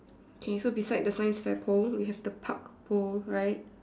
okay so beside the science fair pole we have the park pole right